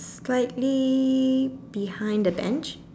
slightly behind the bench